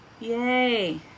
Yay